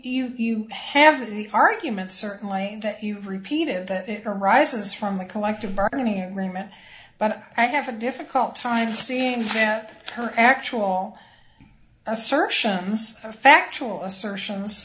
you have the argument certainly that you've repeated that arises from the collective bargaining agreement but i have a difficult time seeing her actual assertions factual assertions